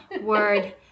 Word